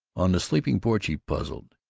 on the sleeping-porch he puzzled,